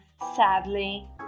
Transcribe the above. sadly